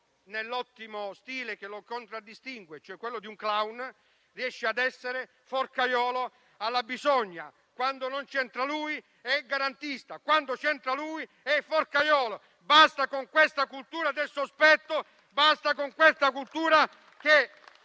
nell'ottimo stile che lo contraddistingue, cioè quello di un *clown*, riesce a essere forcaiolo alla bisogna, quando lui non c'entra, e garantista quando invece lui c'entra. Basta con questa cultura del sospetto, basta con questa cultura che